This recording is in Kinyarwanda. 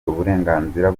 uburenganzira